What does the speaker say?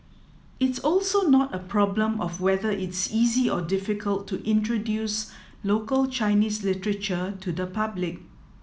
it's also not a problem of whether it's easy or difficult to introduce local Chinese literature to the public